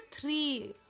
three